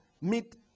meet